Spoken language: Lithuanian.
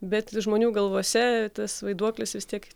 bet žmonių galvose tas vaiduoklis vis tiek